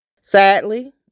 Sadly